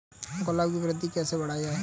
गुलाब की वृद्धि कैसे बढ़ाई जाए?